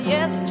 Yes